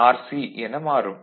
2Rc என மாறும்